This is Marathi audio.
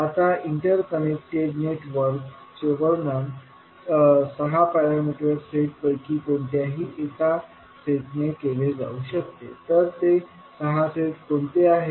आता इंटरकनेक्टेड नेटवर्क चे वर्णन 6 पॅरामीटर सेट पैकी कोणत्याही एका सेटने केले जाऊ शकते तर ते 6 सेट कोणते आहेत